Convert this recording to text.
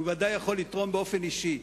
הוא ודאי יכול לתרום באופן אישי.